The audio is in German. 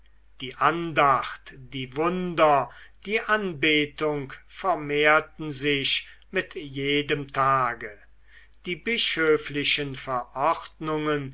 die andacht die wunder die anbetung vermehrten sich mit jedem tage die bischöflichen verordnungen